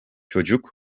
çocuk